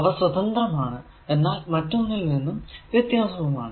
അവ സ്വതന്ത്രമാണ് എന്നാൽ മറ്റൊന്നിൽ നിന്നും വ്യത്യാസവുമാണ്